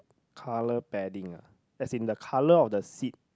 colour padding ah as in the colour of the seat